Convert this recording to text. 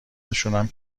توشون